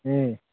ꯑꯦ